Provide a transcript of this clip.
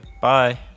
bye